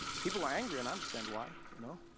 people are angry and i understand why, you know?